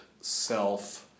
self